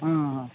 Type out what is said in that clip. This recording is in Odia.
ହଁ ହଁ